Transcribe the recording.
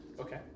Okay